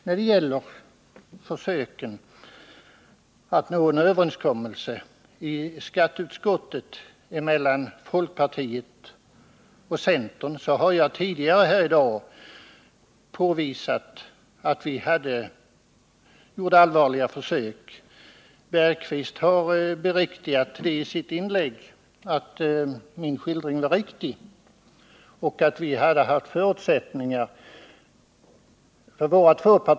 När det gäller försöken att nå en överenskommelse i skatteutskottet mellan folkpartiet och centern har jag tidigare här i dag påvisat att vi gjorde allvarliga försök och att våra två partier hade haft förutsättningar att lyckas.